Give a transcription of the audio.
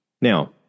Now